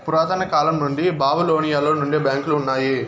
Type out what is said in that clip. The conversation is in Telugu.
పురాతన కాలం నుండి బాబిలోనియలో నుండే బ్యాంకులు ఉన్నాయి